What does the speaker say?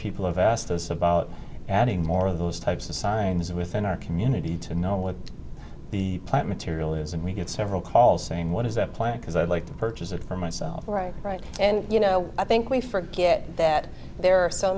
people have asked us about adding more of those types of signs within our community to know what the plant material is and we get several calls saying what is that plan because i'd like to purchase it for myself right right and you know i think we forget that there are so